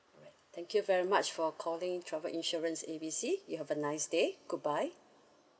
thank you very much for calling travel insurance A B C you have a nice day goodbye